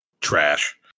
trash